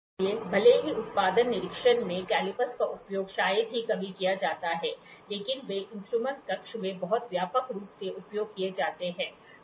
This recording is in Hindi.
इसलिए भले ही उत्पादन निरीक्षण में कैलिपर्स का उपयोग शायद ही कभी किया जाता है लेकिन वे इंस्ट्रूमेंट कक्ष में बहुत व्यापक रूप से उपयोग किए जाते हैं